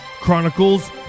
Chronicles